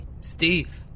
Steve